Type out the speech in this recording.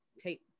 take